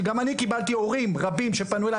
שגם אני קיבלתי הורים רבים שפנו אליי.